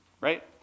Right